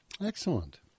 Excellent